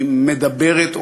היא מדברת,